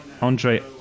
Andre